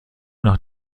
nach